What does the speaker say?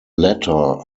latter